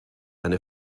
eine